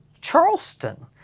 Charleston